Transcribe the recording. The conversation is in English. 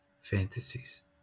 fantasies